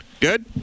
Good